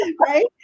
Right